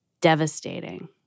devastating